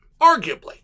Arguably